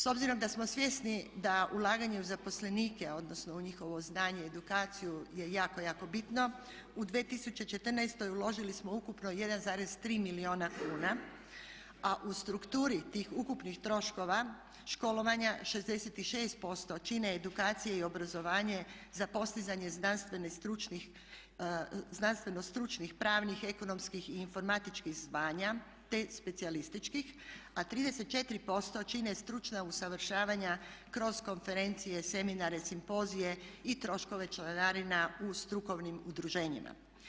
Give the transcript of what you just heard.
S obzirom da smo svjesni da ulaganje u zaposlenike odnosno u njihovo znanje, edukaciju je jako bitno u 2014. uložili smo ukupno 1,3 milijuna kuna a u strukturi tih ukupnih troškova školovanja 66% čini edukacije i obrazovanje za postizanje znanstveno, stručnih pravnih, ekonomskih i informatičkih zvanja te specijalističkih, a 34% čine stručna usavršavanja kroz konferencije, seminare, simpozije i troškove članarina u strukovnim udruženjima.